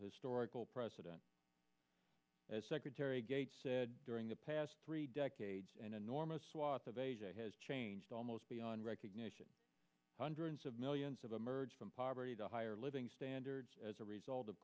historical precedent as secretary gates said during the past three decades an enormous swath of asia has changed almost beyond recognition hundreds of millions of a merge from poverty to higher living standards as a result of